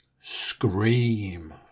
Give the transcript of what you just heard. Scream